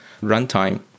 runtime